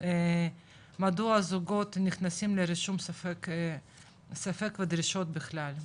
מדוע זוגות נכנסים לרישום ספק בדרישות בכלל,